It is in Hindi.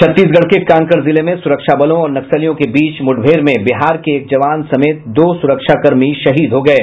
छत्तीसगढ़ के कांकड़ जिले में सुरक्षा बलों और नक्सलियों के बीच मुठभेड़ में बिहार के एक जवान समेत दो सुरक्षाकर्मी शहीद हो गये